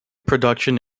production